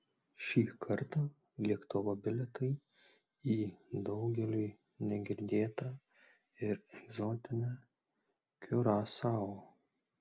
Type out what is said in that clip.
šį kartą lėktuvo bilietai į daugeliui negirdėtą ir egzotinę kiurasao